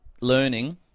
learning